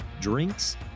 drinks